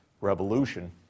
revolution